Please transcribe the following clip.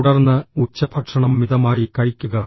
തുടർന്ന് ഉച്ചഭക്ഷണം മിതമായി കഴിക്കുക